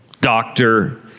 doctor